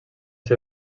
ser